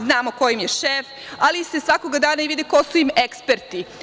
Znamo ko im je šef, ali se svakog dana vidi ko su im eksperti.